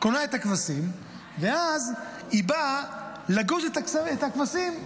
קונה את הכבשים, ואז היא באה לגוז את הכבשים.